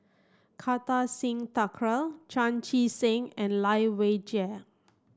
Kartar Singh Thakral Chan Chee Seng and Lai Weijie